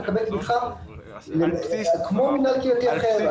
הוא מקבל תמיכה כמו מינהל קהילתי אחר.